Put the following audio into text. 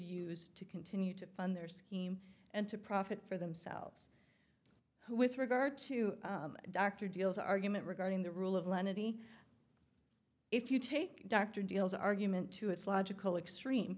use to continue to fund their scheme and to profit for themselves with regard to doctor deals argument regarding the rule of lenity if you take doctor deals argument to its logical extreme